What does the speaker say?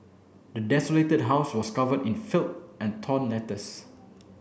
the desolated house was covered in filth and torn letters